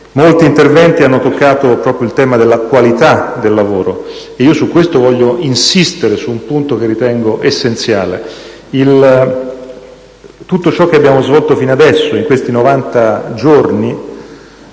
Molti interventi hanno toccato proprio il tema dell'attualità del lavoro, e su questo voglio insistere, su un punto che ritengo essenziale. Tutto ciò che abbiamo svolto fino adesso, nei novanta giorni